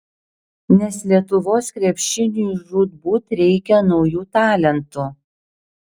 nes lietuvos krepšiniui žūtbūt reikia naujų talentų